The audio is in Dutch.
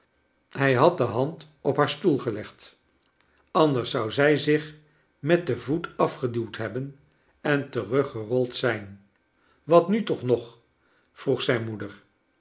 hij had de hand op haar stoel gelegd anders zou zij zich met den voet afgeduwd hebben en teruggerold zijn wat nu toch nog v vroeg zijn moeder